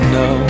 no